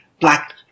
black